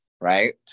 right